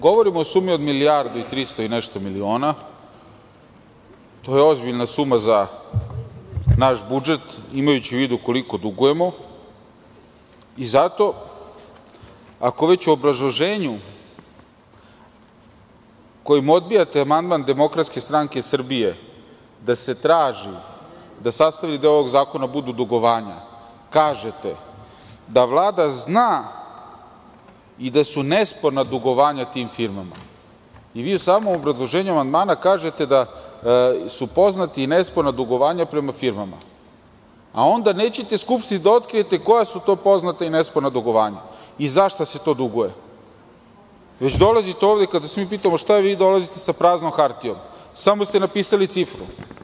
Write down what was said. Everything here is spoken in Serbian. Govorimo o sumi od milijardu i trista i nešto miliona, to je ozbiljna suma za naš budžet, imajući u vidu koliko dugujemo i zato, ako već u obrazloženju kojim odbijate amandman DSS, da se traži da sastavni deo ovoga zakona budu dugovanja, kažete da Vlada zna i da su nesporna dugovanja tim firmama i vi u samom obrazloženju amandmana kažete da su poznata i nesporna dugovanja prema firmama, a onda nećete Skupštini da otkrijete koja su to poznata i nesporna dugovanja i za šta se to duguje, već dolazite ovde, kada vas mi pitamo, vi dolazite sa praznom hartijom, samo ste napisali cifru.